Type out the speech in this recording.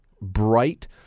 bright